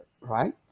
right